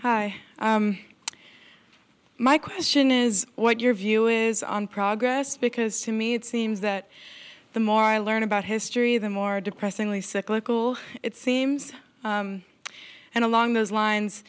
hi my question is what your view is on progress because to me it seems that the more i learn about history the more depressingly cyclical it seems and along those lines